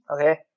Okay